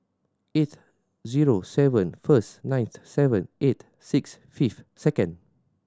eight zero seven firstone nine seven eight six five second